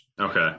Okay